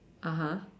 (uh huh)